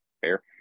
fair